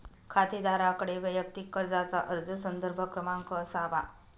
खातेदाराकडे वैयक्तिक कर्जाचा अर्ज संदर्भ क्रमांक असावा